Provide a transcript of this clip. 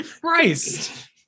Christ